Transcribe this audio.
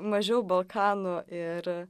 mažiau balkanų ir